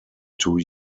two